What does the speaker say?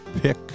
pick